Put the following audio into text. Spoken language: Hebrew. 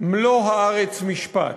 מלוא הארץ משפט.